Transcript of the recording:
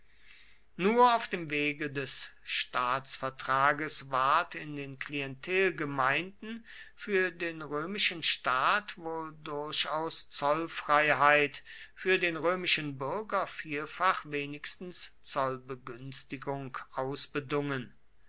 nur auf dem wege des staatsvertrages ward in den klientelgemeinden für den römischen staat wohl durchaus zollfreiheit für den römischen bürger vielfach wenigstens zollbegünstigung ausbedungen